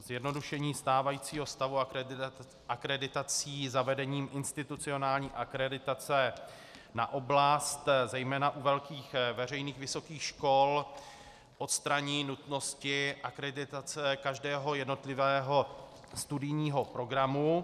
Zjednodušení stávajícího stavu akreditací zavedením institucionální akreditace na oblast, zejména u velkých veřejných vysokých škol, odstranění nutnosti akreditace každého jednotlivého studijního programu.